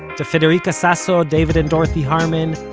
to federica sasso, david and dorothy harman,